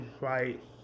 right